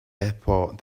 airport